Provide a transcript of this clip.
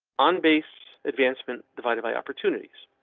un based advancement divided by opportunities.